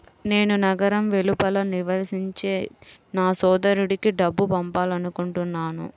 నేను నగరం వెలుపల నివసించే నా సోదరుడికి డబ్బు పంపాలనుకుంటున్నాను